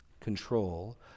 control